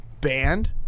Band